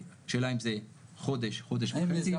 השאלה אם זה חודש או חודש וחצי,